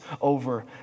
over